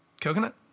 coconut